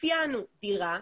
אפיינו דירה,